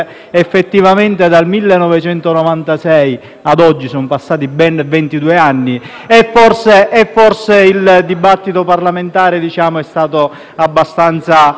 1996 ad oggi sono passati ben ventidue anni e forse il dibattito parlamentare è stato abbastanza ampio.